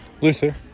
Luther